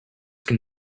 can